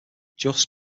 just